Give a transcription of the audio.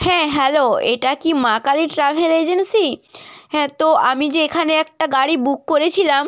হ্যাঁ হ্যালো এটা কি মা কালী ট্রাভেল এজেন্সি হ্যাঁ তো আমি যে এখানে একটা গাড়ি বুক করেছিলাম